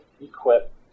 equip